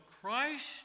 Christ